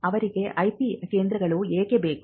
ಅವರಿಗೆ ಐಪಿ ಕೇಂದ್ರಗಳು ಏಕೆ ಬೇಕು